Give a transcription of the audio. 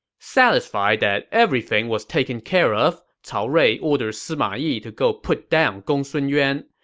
satisfied that everything was taken care of, cao rui ordered sima yi to go put down gongsun yuan.